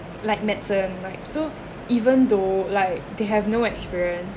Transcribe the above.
like medicine like so even though like they have no experience